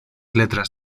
letras